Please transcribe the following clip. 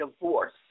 divorce